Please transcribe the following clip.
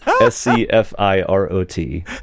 s-c-f-i-r-o-t